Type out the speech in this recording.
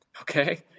okay